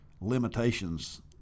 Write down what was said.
limitations